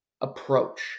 approach